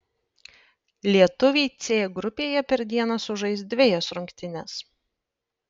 lietuviai c grupėje per dieną sužais dvejas rungtynes